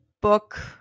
book